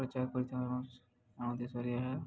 ପ୍ରଚାର କରିଥାଉ ଆମ ଦେଶରେ ଏହା